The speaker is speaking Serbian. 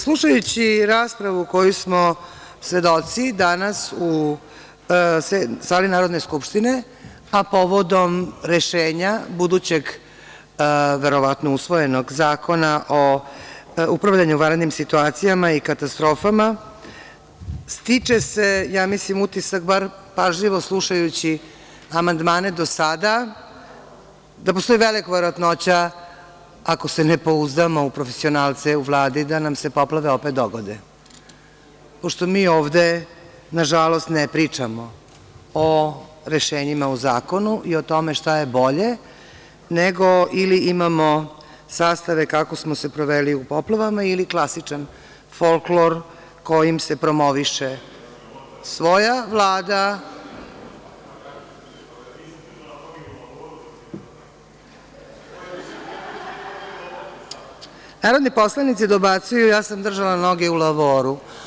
Slušajući raspravu kojoj smo svedoci danas u sali Narodne skupštine, a povodom rešenja budućeg, verovatnog usvojenog Zakona o upravljanju vanrednim situacijama i katastrofama, stiče se utisak, bar pažljivo slušajući amandmane do sada da postoji velika verovatnoća ako se ne pouzdamo u profesionalce u Vladi da nam se poplave opet dogode, pošto mi ovde na žalost ne pričamo o rešenjima u zakonu i o tome šta je bolje nego ili imamo sastave kako smo se proveli poplavama ili klasičan folklor kojim se promoviše svoja Vlada … (Poslanici SNS: Kako te nije sramota.) Narodni poslanici dobacuju, a ja sam držala noge u lavoru.